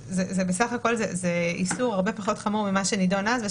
בסך הכול זה איסור הרבה יותר חמור ממה שנדון אז.